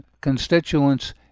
constituents